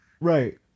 Right